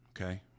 Okay